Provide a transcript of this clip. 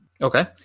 okay